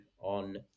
on